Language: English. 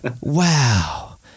Wow